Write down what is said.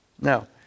Now